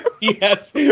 Yes